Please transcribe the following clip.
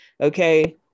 okay